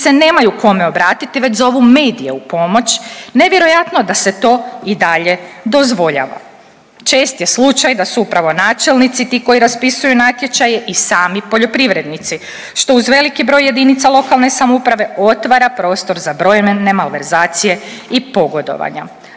se nemaju kome obratiti već zovu medije u pomoć nevjerojatno da se to i dalje dozvoljava. Čest je slučaj da su upravo načelnici ti koji raspisuju natječaj i sami poljoprivrednici što uz veliki broj jedinica lokalne samouprave otvara prostor za brojne malverzacije i pogodovanja,